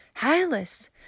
Hylas